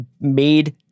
made